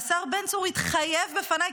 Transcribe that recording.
והשר בן צור התחייב בפניי,